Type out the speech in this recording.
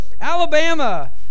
Alabama